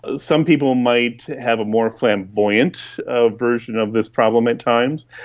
ah some people might have a more flamboyant ah version of this problem at times,